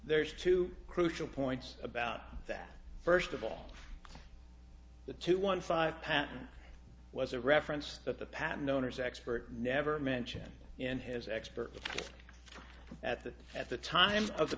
there's two crucial points about that first of all the two one five patent was a reference that the patent owners expert never mentioned in his expert at the at the time of the